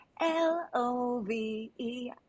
l-o-v-e